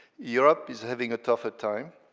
europe is having a tougher time.